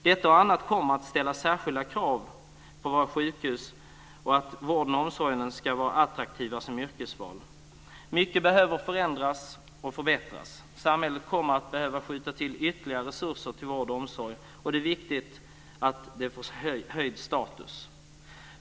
Detta och annat kommer att ställa särskilda krav på våra sjukhus och på att vården och omsorgen ska vara attraktiva yrkesval. Mycket behöver förändras och förbättras, och samhället kommer att behöva skjuta till ytterligare resurser till vården och omsorgen. Det är viktigt att de områdena får en högre status.